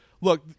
Look